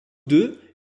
deux